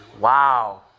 Wow